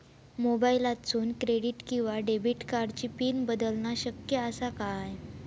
मोबाईलातसून क्रेडिट किवा डेबिट कार्डची पिन बदलना शक्य आसा काय?